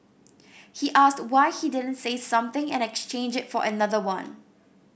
he asked why he didn't say something and exchange it for another one